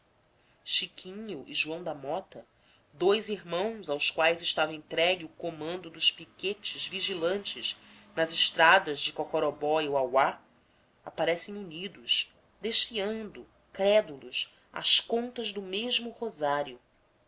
chiquinho e joão da mota dous irmãos aos quais estava entregue o comando dos piquetes vigilantes nas estradas de cocorobó e uauá aparecem unidos desfiando crédulos as contas do mesmo rosário